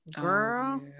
girl